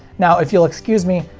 now if you'll excuse me,